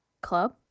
club